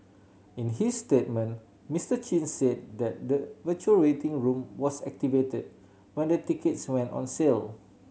in his statement Mister Chin said that the virtual waiting room was activated when the tickets went on sale